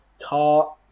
tart